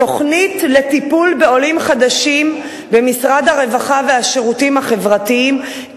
תוכנית לטיפול בעולים חדשים במשרד הרווחה והשירותים החברתיים,